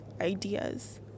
ideas